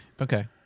Okay